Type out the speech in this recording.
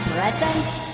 Presents